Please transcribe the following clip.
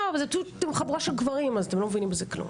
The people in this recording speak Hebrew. אתם חבורה של גברים, אז אתם לא מבינים בזה כלום.